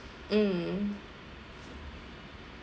mm